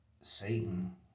Satan